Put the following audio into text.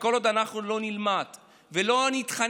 וכל עוד אנחנו לא נלמד ולא נתחנך